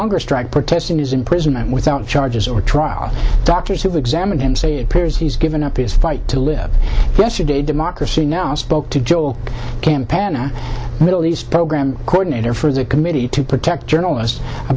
hunger strike protesting his imprisonment without charges or trial doctors who examined him say it appears he's given up his fight to live yesterday democracy now spoke to joel campaign middle east program coordinator for the committee to protect journalist